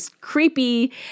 creepy